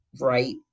right